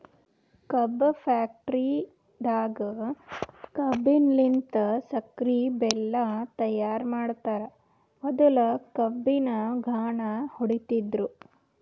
ಕಬ್ಬ್ ಫ್ಯಾಕ್ಟರಿದಾಗ್ ಕಬ್ಬಲಿನ್ತ್ ಸಕ್ಕರಿ ಬೆಲ್ಲಾ ತೈಯಾರ್ ಮಾಡ್ತರ್ ಮೊದ್ಲ ಕಬ್ಬಿನ್ ಘಾಣ ಹೊಡಿತಿದ್ರು